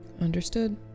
Understood